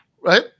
right